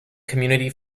community